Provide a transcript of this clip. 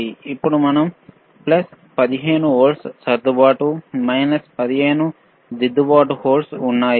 అప్పుడు మనకు ప్లస్ 15 వోల్ట్ల సర్దుబాటు మైనస్ 15 వోల్ట్లు ఉన్నాయి